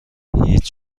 هیچ